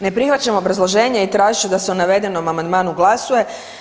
Ne prihvaćam obrazloženje i tražit ću da se o navedenom amandmanu glasuje.